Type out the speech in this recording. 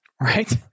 Right